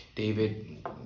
David